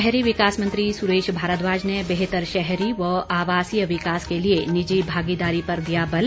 शहरी विकास मंत्री सुरेश भारद्वाज ने बेहतर शहरी व आवासीय विकास के लिए निजी भागीदारी पर दिया बल